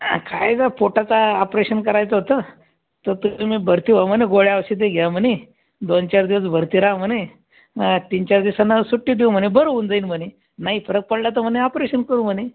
कायचं पोटाचं ऑपरेशन करायचं होतं तर तुम्ही भरती व्हा म्हणे गोळ्या औषधे घ्या म्हणे दोन चार दिवस भरती रहा म्हणे तीन चार दिवसानं सुट्टी देऊ म्हणे बरं होऊन जाईन म्हणे नाही फरक पडला तर म्हणे ऑपरेशन करू म्हणे